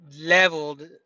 leveled